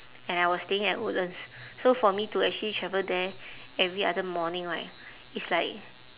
and I was staying at woodlands so for me to actually travel there every other morning right it's like